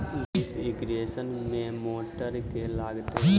Drip irrigation मे motor केँ लागतै?